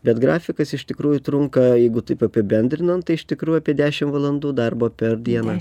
bet grafikas iš tikrųjų trunka jeigu taip apibendrinant tai iš tikrųjų apie dešim valandų darbo per dieną